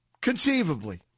Conceivably